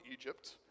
Egypt